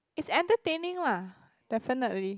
it's entertaining lah definitely